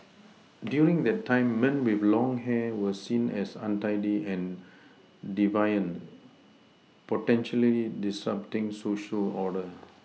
during that time men with long hair were seen as untidy and deviant potentially disrupting Social order